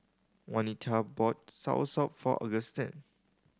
Wanita bought soursop for Augustine